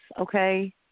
okay